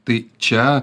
tai čia